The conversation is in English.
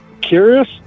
Curious